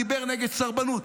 דיבר נגד סרבנות,